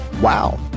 Wow